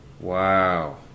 Wow